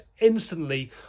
instantly